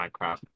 minecraft